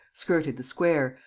skirted the square,